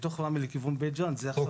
בתוך ראמה לכיוון בית ג'ן זה עכשיו בביצוע.